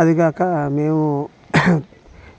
అది కాక మేము